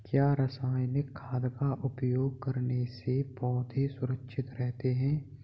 क्या रसायनिक खाद का उपयोग करने से पौधे सुरक्षित रहते हैं?